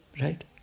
right? –